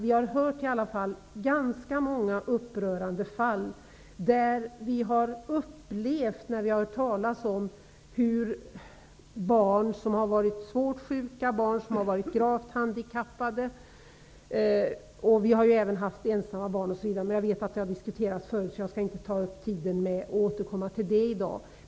Vi har hört om ganska många upprörande fall om barn som varit svårt sjuka, gravt handikappade eller ensamma. Jag vet att det har diskuterats tidigare så jag skall inte ta upp tiden med det.